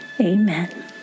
Amen